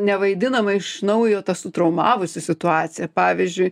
nevaidinama iš naujo tas traumavusi situacija pavyzdžiui